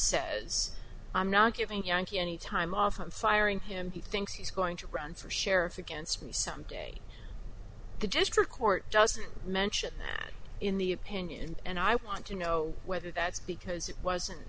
says i'm not giving yankee any time off on firing him he thinks he's going to run for sheriff against me some day the district court doesn't mention that in the opinion and i want to know whether that's because it wasn't